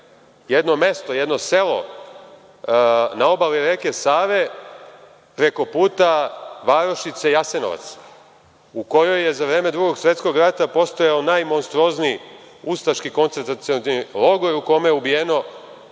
jedno mesto, jedno selo na obali reke Save preko puta varošice Jasenovac u kojoj je za vreme Drugog svetskog rata postojao najmonstruozniji ustaški koncentracioni logor u kome je ubijeno